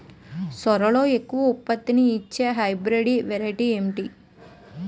సోరలో ఎక్కువ ఉత్పత్తిని ఇచే హైబ్రిడ్ వెరైటీ ఏంటి?